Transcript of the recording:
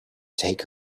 take